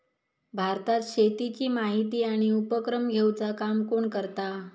भारतात शेतीची माहिती आणि उपक्रम घेवचा काम कोण करता?